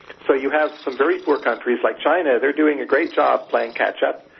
so you have some very poor countries like china, they're doing a great job playing catch-up,